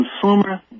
consumer